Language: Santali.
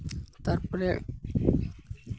ᱛᱟᱨᱯᱚᱨᱮ